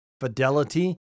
fidelity